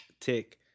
tick